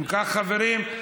אם כך, חברים,